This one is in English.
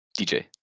DJ